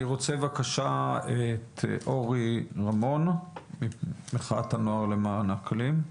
אני רוצה בבקשה את אורי רמון ממחאת הנוער למען האקלים.